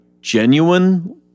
genuine